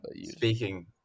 speaking